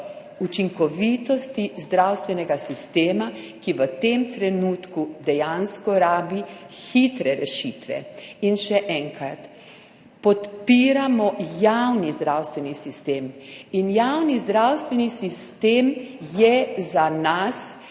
učinkovitosti zdravstvenega sistema, ki v tem trenutku dejansko rabi hitre rešitve. In še enkrat, podpiramo javni zdravstveni sistem. Javni zdravstveni sistem je za nas